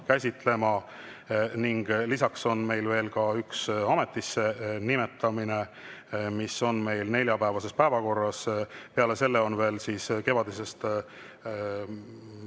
käsitlema, ning meil on veel üks ametisse nimetamine, mis on meil neljapäevases päevakorras. Peale selle on kevadisest